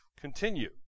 continue